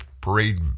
parade